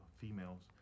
females